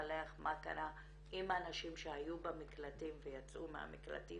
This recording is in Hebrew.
לפלח מה קרה עם הנשים שהיו במקלטים ויצאו מהם,